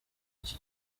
iki